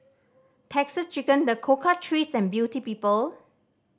Texas Chicken The Cocoa Trees and Beauty People